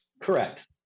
Correct